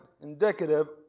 indicative